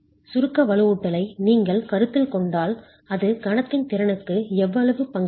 சுருக்க வலுவூட்டலை நீங்கள் கருத்தில் கொண்டால் அது கணத்தின் திறனுக்கு எவ்வளவு பங்களிக்கும்